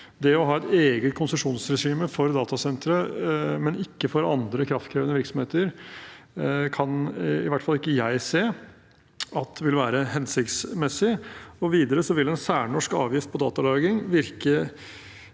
Det å ha et eget konsesjonsregime for datasentre, men ikke for andre kraftkrevende virksomheter kan i hvert fall ikke jeg se at vil være hensiktsmessig. Videre vil en særnorsk avgift på datalagring ikke